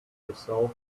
yourself